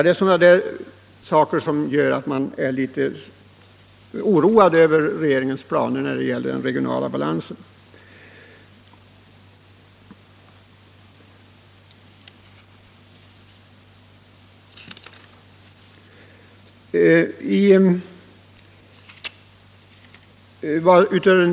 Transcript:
Det är uttalanden av detta slag som gör att man är litet oroad över regeringens planer när det gäller den regionala politiken och balansen i länen.